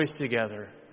together